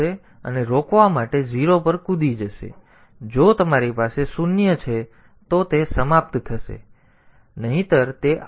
તેથી જો તમારી પાસે શૂન્ય છે તો તે સમાપ્ત થશે તેથી તે સમાપ્ત થઈ ગયું છે